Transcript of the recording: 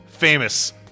famous